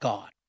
God